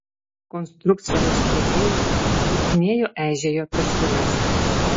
konstrukcija nusidėvėjusi trūkinėjo eižėjo per siūles